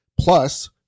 Plus